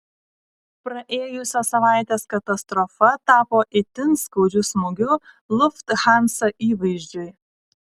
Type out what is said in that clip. praėjusios savaitės katastrofa tapo itin skaudžiu smūgiu lufthansa įvaizdžiui